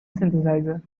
synthesizer